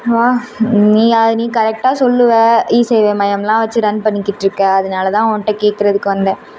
வா நீயா நீ கரெக்டாக சொல்லுவே இ சேவை மையம்லாம் வெச்சி ரன் பண்ணிக்கிட்டுருக்க அதனால தான் உன்ட்ட கேக்கிறதுக்கு வந்தேன்